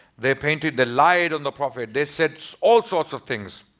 they painted the lies on the prophet. they said all sorts of things.